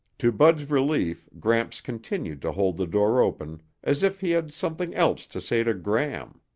to bud's relief gramps continued to hold the door open as if he had something else to say to gram.